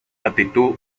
actitud